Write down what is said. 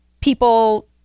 people